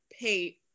pay